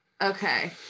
Okay